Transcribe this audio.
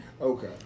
Okay